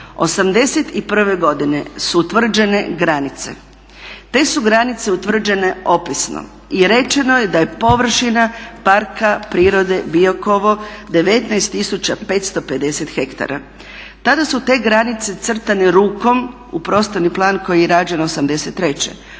'81. godine su utvrđene granice. Te su granice utvrđene opisno i rečeno je da je površina Parka prirode Biokovo 19 550 hektara. Tada su te granice crtane rukom u prostorni plan koji je rađen '83. U